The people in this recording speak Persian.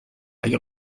اگه